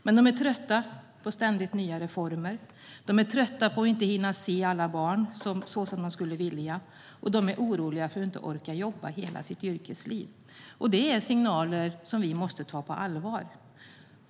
Men de är trötta på ständigt nya reformer, de är trötta på att inte hinna se alla barn så som de skulle vilja och de är oroliga för att inte orka jobba hela sitt yrkesliv. Det är signaler som måste tas på allvar.